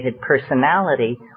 personality